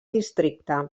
districte